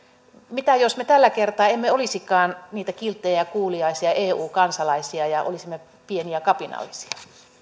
mitä jos me tällä kertaa emme olisikaan niitä kilttejä ja kuuliaisia eu kansalaisia ja olisimme pieniä kapinallisia